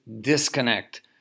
disconnect